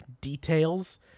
details